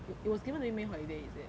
it it was given during may holiday is it